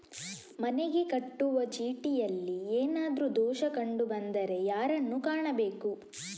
ಮನೆಗೆ ಕಟ್ಟುವ ಚೀಟಿಯಲ್ಲಿ ಏನಾದ್ರು ದೋಷ ಕಂಡು ಬಂದರೆ ಯಾರನ್ನು ಕಾಣಬೇಕು?